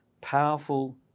powerful